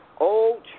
old